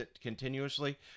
continuously